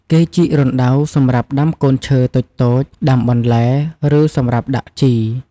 គេជីករណ្តៅសម្រាប់ ដាំកូនឈើ តូចៗ ដាំបន្លែ ឬសម្រាប់ដាក់ជី។